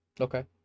Okay